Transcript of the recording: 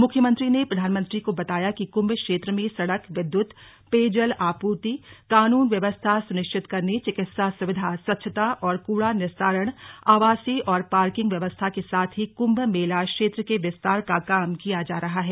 मुख्यमंत्री ने प्रधानमंत्री को बताया कि कुम्भ क्षेत्र में सड़क विद्युत पेयजल आपूर्ति कानून व्यवस्था सुनिश्चित करने चिकित्सा सुविधा स्वच्छता और कूड़ा निस्तारण आवासीय और पार्किंग व्यवस्था के साथ ही कुम्भ मेला क्षेत्र के विस्तार का काम किया जा रहा है